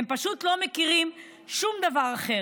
הם פשוט לא מכירים שום דבר אחר.